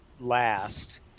last